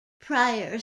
prior